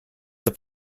are